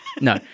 No